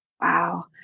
Wow